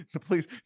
Please